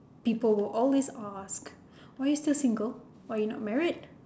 people would always ask why are you still single why are you not married